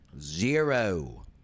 Zero